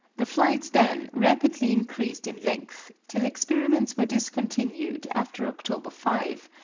the flights then rapidly increased in length, till experiments were discontinued after october five,